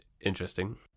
interesting